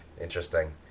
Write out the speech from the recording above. Interesting